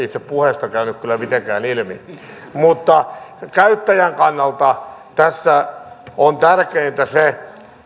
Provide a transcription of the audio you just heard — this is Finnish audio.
itse puheesta käynyt kyllä mitenkään ilmi mutta käyttäjän kannalta tässä on tärkeintä se